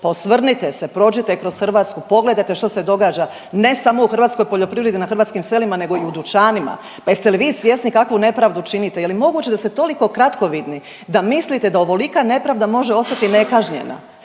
Pa osvrnite se, prođite kroz Hrvatsku pogledajte što se događa ne samo u hrvatskoj poljoprivredi i na hrvatskim selima nego i u dućanima. Pa jeste li vi svjesni kakvu nepravdu činite? Je li moguće da ste toliko kratkovidni da mislite da ovolika nepravda može ostati nekažnjena?